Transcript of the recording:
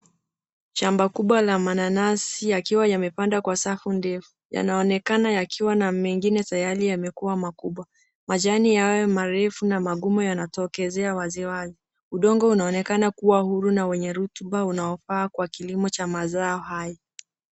Shamba kubwa la mananasi yakiwa yamepandwa kwa safu ndefu. Yanaonekana yakiwa na mimea ingine tayari yamekuwa makubwa. Majani hayo marefu na magumu yanatokezea waziwazi. Udongo unaonekana kuwa huru na wenye rutuba unaofaa kwa kilimo cha mazao hayo.